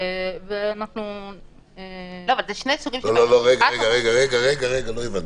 לא, אבל זה שני סוגים --- לא, רגע, לא הבנתי.